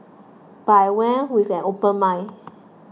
but I went with an open mind